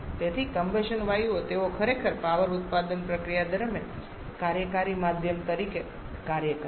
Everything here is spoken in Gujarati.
તેથી કમ્બશન વાયુઓ તેઓ ખરેખર પાવર ઉત્પાદન પ્રક્રિયા દરમિયાન કાર્યકારી માધ્યમ તરીકે કાર્ય કરે છે